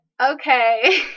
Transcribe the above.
okay